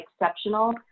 exceptional